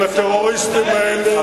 עם הטרוריסטים האלה אתם לא תגיעו לשום מקום,